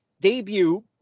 debut